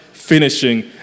Finishing